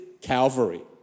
Calvary